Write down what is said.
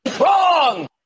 Wrong